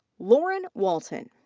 lauren walton.